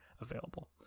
available